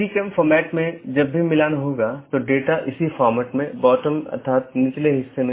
यदि स्रोत या गंतव्य में रहता है तो उस विशेष BGP सत्र के लिए ट्रैफ़िक को हम एक स्थानीय ट्रैफ़िक कहते हैं